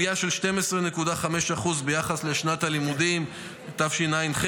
עלייה של 12.5% ביחס לשנת הלימודים תשע"ח.